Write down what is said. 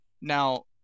Now